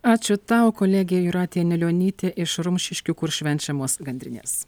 ačiū tau kolegė jūratė anilionytė iš rumšiškių kur švenčiamos gandrinės